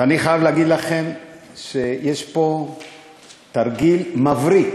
ואני חייב להגיד לכם שיש פה תרגיל מבריק